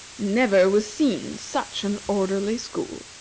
never was seen such an orderly school.